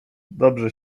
dobrze